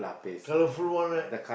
colourful one right